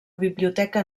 biblioteca